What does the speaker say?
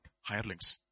hirelings